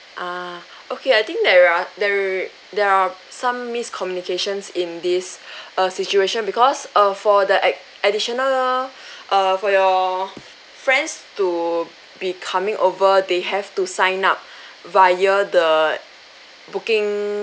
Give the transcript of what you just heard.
ah okay I think there are there there are some miscommunication in this uh situation because uh for the act~ additional uh for your friends to becoming over they have to sign up via the booking